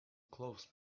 close